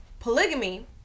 Polygamy